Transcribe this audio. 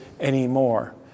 anymore